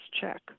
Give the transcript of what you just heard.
check